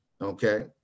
Okay